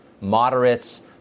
Moderates